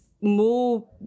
more